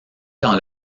dans